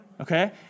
Okay